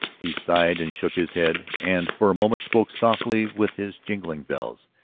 he sighed and shook his head, and for a moment spoke softly with his jangling bells.